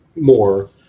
more